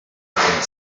von